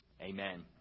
amen